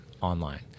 online